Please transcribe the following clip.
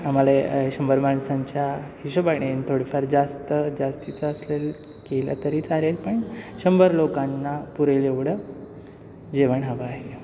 आम्हाला शंभर माणसांच्या हिशेबाने थोडीफार जास्त जास्तीचा असलेलं केलं तरी चालेल पण शंभर लोकांना पुरेल एवढं जेवण हवं आहे